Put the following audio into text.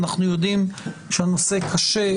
אנחנו יודעים שהנושא קשה,